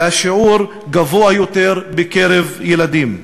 והשיעור גבוה יותר בקרב ילדים.